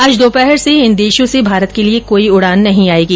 आज दोपहर से इन देशों से भारत के लिए कोई उडान नहीं आएगी